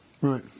Right